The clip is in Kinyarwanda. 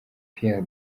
pierre